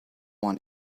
want